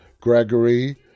Gregory